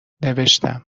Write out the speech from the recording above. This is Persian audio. نوشتم